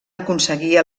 aconseguir